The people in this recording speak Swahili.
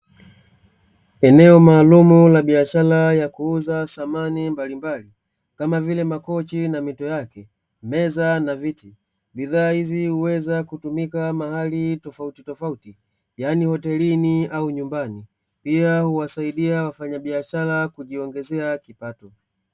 Eneo maalum la biashara ya kuuza samani mbalimbali, kama vile makochi na mito yake, meza na viti. Bidhaa hizi huweza kutumika mahali tofauti tofauti yaani hotelini au nyumbani pia huwasaidia wafanyabiashara kujiongezea kipato.